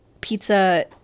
pizza